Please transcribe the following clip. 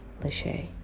Lachey